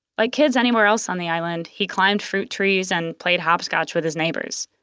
like kids anywhere else on the island, he climbed fruit trees and played hopscotch with his neighbors.